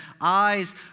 eyes